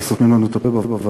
כי סותמים לנו את הפה בוועדות,